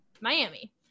miami